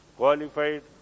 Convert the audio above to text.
qualified